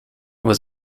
was